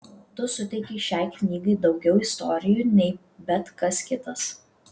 tu suteikei šiai knygai daugiau istorijų nei bet kas kitas